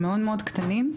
המאוד קטנים,